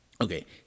Okay